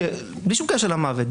בלי שום קשר למוות,